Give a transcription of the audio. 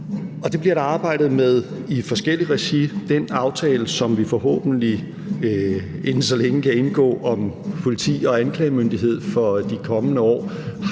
Det bliver der arbejdet med i forskelligt regi. Den aftale, som vi forhåbentlig inden så længe kan indgå om politi og anklagemyndighed for de kommende år,